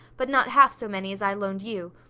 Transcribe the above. but not half so many as i loaned you.